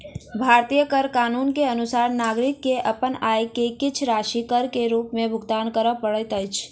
भारतीय कर कानून के अनुसार नागरिक के अपन आय के किछ राशि कर के रूप में भुगतान करअ पड़ैत अछि